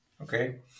Okay